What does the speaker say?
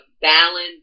balance